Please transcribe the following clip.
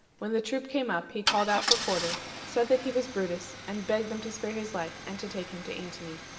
when the troop came up, he called out for quarter, said that he was brutus, and begged them to spare his life, and to take him to antony.